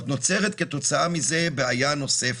נוצרת כתוצאה מזה בעיה נוספת,